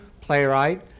playwright